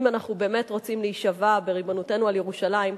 אם אנחנו באמת רוצים להישבע בריבונותנו על ירושלים,